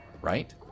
right